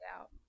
out